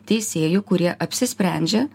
teisėjų kurie apsisprendžia